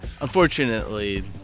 unfortunately